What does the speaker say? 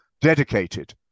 dedicated